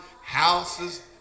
Houses